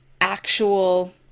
actual